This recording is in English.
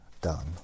done